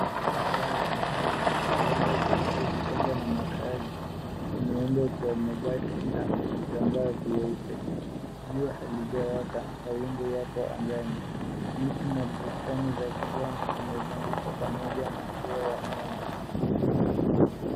Masaa ya mchana, kiwanda kilicho jitenga na makazi, kimeundwa kwa mabati na vitambaa vyeupe. Jua halijawaka, mawingu yako angani. Miti na bustani za kijani zimezunguka pamoja na ua wa miamba.